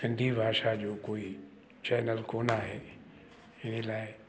हिंदी भाषा जो कोई चेनल कोन आहे हिन लाइ